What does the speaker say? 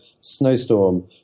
snowstorm